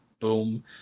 Boom